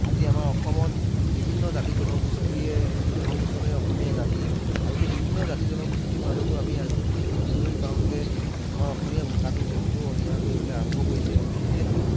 আজি আমাৰ অসমত বিভিন্ন জাতি জনগোষ্ঠীয়ে সংমিশ্ৰণে অসমীয়া জাতি আৰু সেই বিভিন্ন জাতি জনগোষ্ঠীৰ মাজতো দেখিবলৈ পাওঁ যে আমাৰ অসমীয়া ভাষাটো তেওঁলোকে অনীহা কৰিবলৈ আৰম্ভ কৰিছে যিহেতু